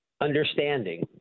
understanding